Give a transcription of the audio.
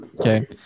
Okay